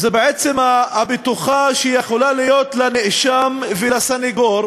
הבטוחה שיכולה להיות לנאשם ולסנגור,